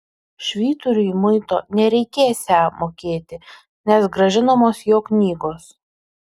švyturiui muito nereikėsią mokėti nes grąžinamos jo knygos